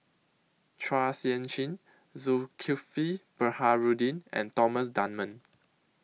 Chua Sian Chin Zulkifli Baharudin and Thomas Dunman